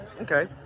Okay